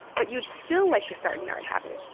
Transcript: but you'd still like to start an art habit.